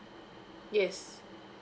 yes